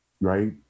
right